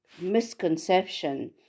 misconception